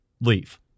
Leave